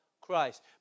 Christ